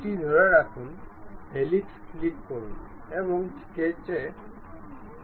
এটি করার জন্য আমরা এটি এখানে সরাতে পারি এবং এটি কীভাবে কাজ করে তা আমরা দেখতে পারি